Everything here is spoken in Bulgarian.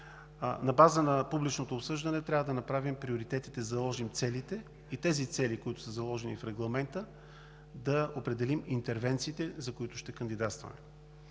на база на публичното обсъждане, трябва да направим приоритетите, да заложим целите, и на тези цели, заложени в регламента, да определим интервенциите, за които ще кандидатстваме.